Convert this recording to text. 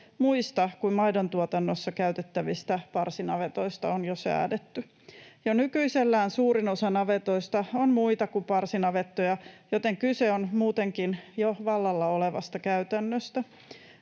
muista kuin maidontuotannossa käytettävistä parsinavetoista on jo säädetty. Jo nykyisellään suurin osa navetoista on muita kuin parsinavettoja, joten kyse on muutenkin jo vallalla olevasta käytännöstä.